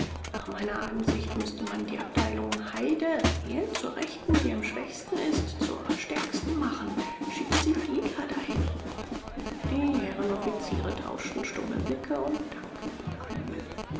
nach meiner ansicht müßte man die abteilung heyde hier zur rechten die am schwächsten ist zur stärksten machen schicken sie fiedler dahin die herren offiziere tauschten stumme blicke und dankten kühl